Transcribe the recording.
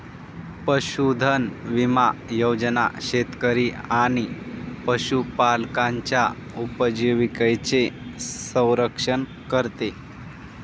पशुधन विमा योजना शेतकरी आणि पशुपालकांच्या उपजीविकेचे संरक्षण करते